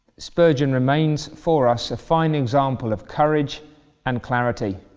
spurgeon remains for us a fine example of courage and clarity.